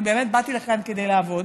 אני באמת באתי לכאן כדי לעבוד,